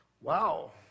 Wow